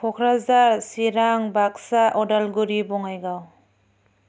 Kokrajhar Chirang Baksa Udalguri Bongaigaon